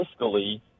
fiscally